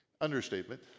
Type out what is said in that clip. Understatement